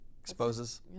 Exposes